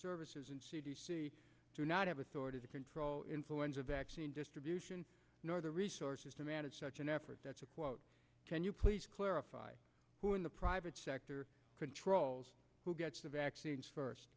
services do not have authority to control influenza vaccine distribution nor the resources to manage such an effort that's a quote can you please clarify who in the private sector controls who gets the vaccines first